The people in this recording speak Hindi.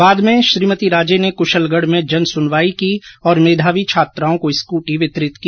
बाद में श्रीमती राजे ने कुशलगढ में जन सुनवाई की और मेघावी छात्राओं को स्कूटी वितरित की